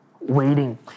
waiting